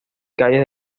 calles